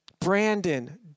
Brandon